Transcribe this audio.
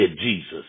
Jesus